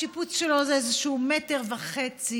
השיפוץ שלו הוא איזה מטר וחצי,